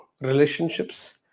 relationships